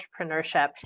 entrepreneurship